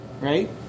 right